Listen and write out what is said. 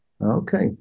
Okay